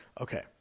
Okay